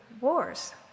wars